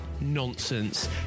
nonsense